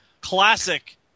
classic